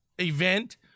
event